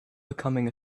becoming